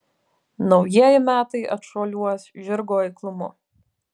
naujieji metai atšuoliuos žirgo eiklumu